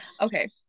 Okay